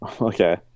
Okay